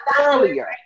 earlier